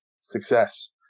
success